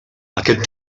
aquest